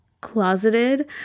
closeted